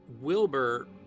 Wilbur